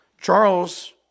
Charles